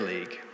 League